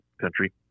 country